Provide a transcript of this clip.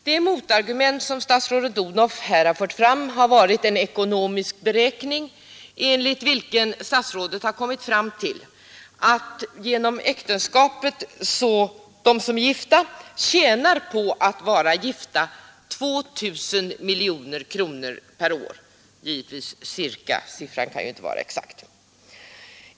Det motargument som statsrådet Odhnoff här fört fram har varit en ekonomisk beräkning, enligt vilken statsrådet har kommit fram till att de som är gifta tjänar ca 2 000 miljoner kronor per år på att vara gifta.